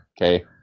Okay